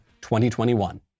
2021